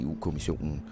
EU-kommissionen